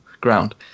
ground